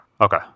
Okay